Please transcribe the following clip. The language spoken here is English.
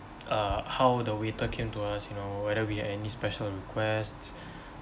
uh how the waiter came to us you know whether we had any special requests